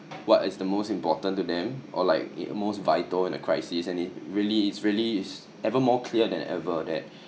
what is the most important to them or like it most vital in a crisis and it really it's really it's ever more clear than ever that